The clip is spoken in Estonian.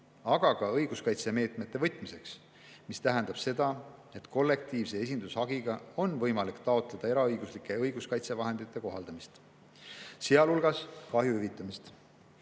aga ka õiguskaitsemeetmete võtmiseks. See tähendab seda, et kollektiivse esindushagiga on võimalik taotleda eraõiguslike õiguskaitsevahendite kohaldamist, sealhulgas kahju hüvitamist.